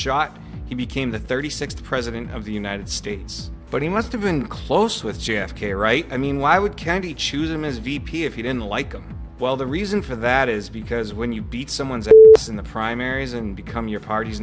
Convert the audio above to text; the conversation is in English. shot he became the thirty sixth president of the united states but he must have been close with j f k right i mean why would candy choose him as v p if he didn't like him well the reason for that is because when you beat someone in the primaries and become your part